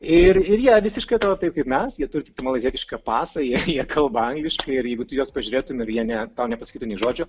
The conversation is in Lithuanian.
ir ir jie visiškai atrodo taip kaip mes jie turi tiktai malaizietišką pasą jie jie kalba angliškai ir jeigu tu į juos pažiūrėtum ir jie ne tau nepasakytų nė žodžio